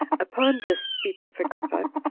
upon this speech of agrippa,